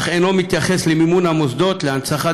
אך אינו מתייחס למימון המוסדות להנצחת